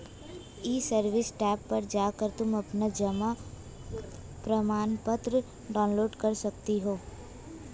ई service tab पर जाकर तुम अपना जमा प्रमाणपत्र डाउनलोड कर सकती हो